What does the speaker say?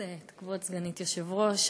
כבוד סגנית היושב-ראש,